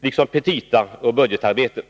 liksom petitaoch budgetarbetet.